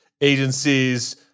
agencies